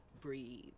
breathe